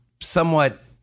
somewhat